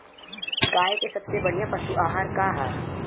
गाय के सबसे बढ़िया पशु आहार का ह?